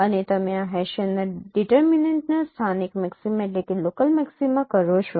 અને તમે આ હેસિયનના ડિટરમીનેન્ટના સ્થાનિક મેક્સિમા કરો છો